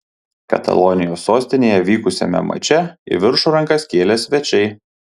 katalonijos sostinėje vykusiame mače į viršų rankas kėlė svečiai